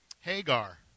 Hagar